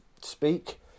speak